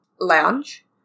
lounge